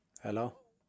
hello